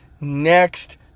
next